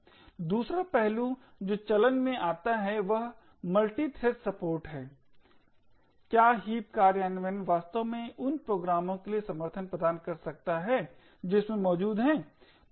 दूसरा पहलू जो चलन में आता है वहमल्टीथ्रेडेड सपोर्ट है क्या हीप कार्यान्वयन वास्तव में उन प्रोग्रामों के लिए समर्थन प्रदान कर सकता है जो इसमें मौजूद हैं